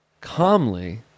calmly